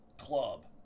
club